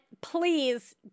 please